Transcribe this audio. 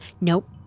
Nope